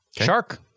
Shark